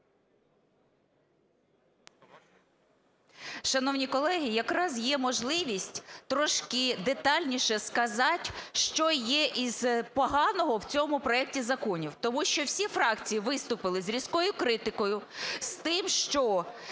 Шановні колеги, якраз є можливість трошки детальніше сказати, що є з поганого в цьому проекті закону. Тому що всі фракції виступили з різкою критикою, з тим, що